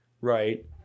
right